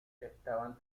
estaban